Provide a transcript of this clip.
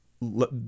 Let